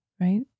right